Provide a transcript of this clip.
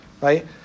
right